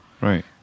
Right